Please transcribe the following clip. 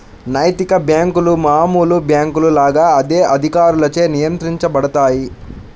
నైతిక బ్యేంకులు మామూలు బ్యేంకుల లాగా అదే అధికారులచే నియంత్రించబడతాయి